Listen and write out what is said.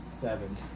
seven